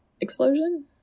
explosion